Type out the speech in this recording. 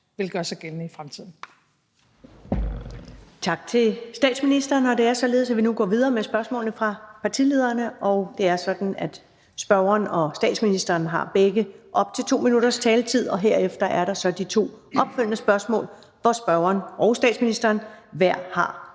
vil gøre sig gældende i fremtiden.